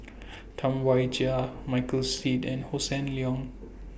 Tam Wai Jia Michael Seet and Hossan Leong